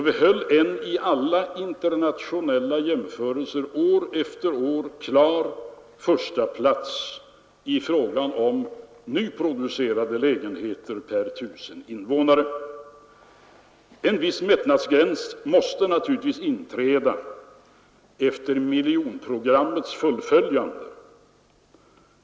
Vi höll en vid en internationell jämförelse klar förstaplats år efter år i fråga om antalet nyproducerade lägenheter per tusen invånare. En viss mättnad måste naturligtvis inträda efter miljonprogrammets fullföljande.